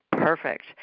Perfect